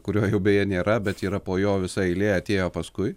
kurio jau beje nėra bet yra po jo visa eilė atėjo paskui